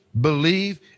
believe